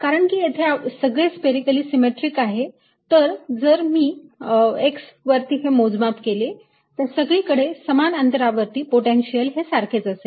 कारण की येथे सगळे स्पेरीकली सीमेट्रिक आहे तर जर मी x वरती हे मोजमाप केले तर सगळीकडे समान अंतरावरती पोटेन्शियल हे सारखेच असेल